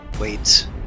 Wait